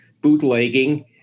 bootlegging